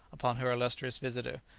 upon her illustrious visitor,